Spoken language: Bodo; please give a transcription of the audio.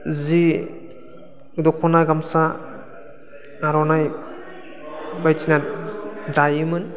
जि दखना गामसा आर'नाइ बायदिसिना दायोमोन